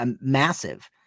massive